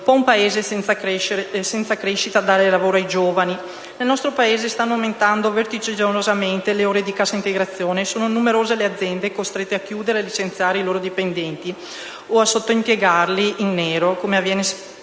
un Paese senza crescita dare lavoro ai giovani? Nel nostro Paese stanno aumentano vertiginosamente le ore di cassa integrazione e sono numerose le aziende costrette a chiudere e licenziare i loro dipendenti o a sottoimpiegarli in nero, come avviene sempre